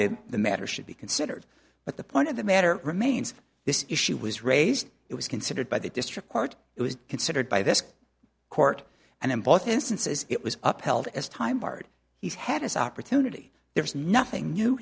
that the matter should be considered but the point of the matter remains this issue was raised it was considered by the district court it was considered by this court and in both instances it was up held as time barred he's had his opportunity there is nothing new